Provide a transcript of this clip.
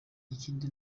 ikindi